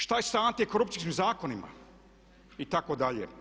Šta je sa antikorupcijskim zakonima itd.